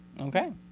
Okay